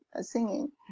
singing